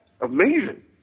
amazing